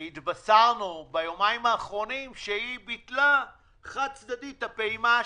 התבשרנו ביומיים האחרונים שהממשלה ביטלה חד-צדדית את הפעימה השלישית.